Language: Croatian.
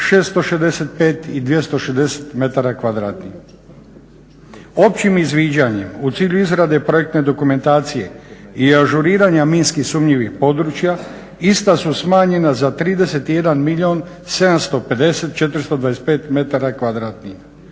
665 i 260 m2. Općim izviđanjem u cilju izrade projektne dokumentacije i ažuriranja minski sumnjivih područja ista su smanjena za 31 milijun 750 425 m2.